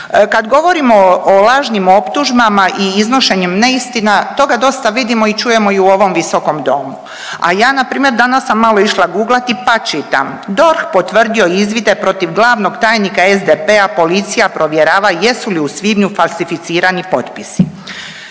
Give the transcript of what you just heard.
Kad govorimo o lažnim optužbama i iznošenjem neistina toga dosta vidimo i čujemo i u ovom visokom domu, a ja npr. danas sam malo išla guglati, pa čitam, DORH potvrdio izvide protiv glavnog tajnika SDP-a, policija provjerava jesu li u svibnju falsificirani potpisi.